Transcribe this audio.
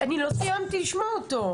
אני לא סיימתי לשמוע אותו.